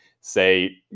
say